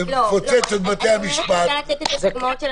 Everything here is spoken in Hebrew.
נפוצץ את בתי המשפט --- לא.